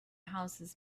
houses